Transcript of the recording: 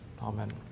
Amen